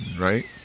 right